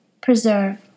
preserve